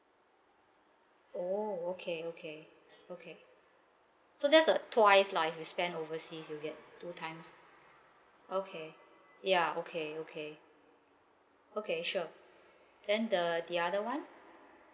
oh okay okay okay so that's uh twice lah if you spend overseas you get two times okay ya okay okay okay sure then the the other one